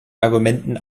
argumenten